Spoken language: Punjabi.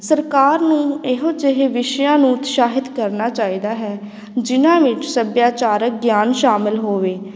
ਸਰਕਾਰ ਨੂੰ ਇਹੋ ਜਿਹੇ ਵਿਸ਼ਿਆਂ ਨੂੰ ਉਤਸ਼ਾਹਿਤ ਕਰਨਾ ਚਾਹੀਦਾ ਹੈ ਜਿਨ੍ਹਾਂ ਵਿੱਚ ਸੱਭਿਆਚਾਰਕ ਗਿਆਨ ਸ਼ਾਮਿਲ ਹੋਵੇ